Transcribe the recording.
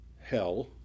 hell